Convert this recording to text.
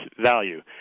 value